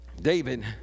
David